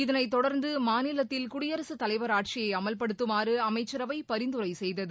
இதனைத் தொடர்ந்து மாநிலத்தில் குடியரசுத் தலைவர் ஆட்சியை அமல்படுத்துமாறு அமைச்சரவை பரிந்துரை செய்தது